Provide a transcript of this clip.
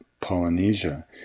Polynesia